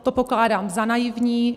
To pokládám za naivní.